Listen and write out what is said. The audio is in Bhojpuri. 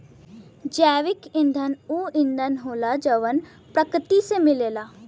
जैविक ईंधन ऊ ईंधन होला जवन प्रकृति से मिलेला